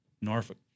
Norfolk